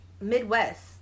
Midwest